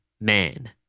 man